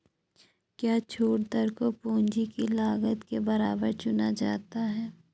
क्या छूट दर को पूंजी की लागत के बराबर चुना जाता है?